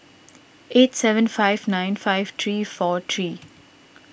eight seven five nine five three four three